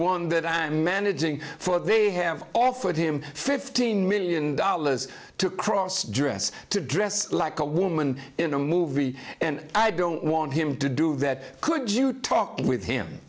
one that i'm managing for they have offered him fifteen million dollars to cross dress to dress like a woman in a movie and i don't want him to do that could you talk with him